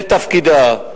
זה תפקידה.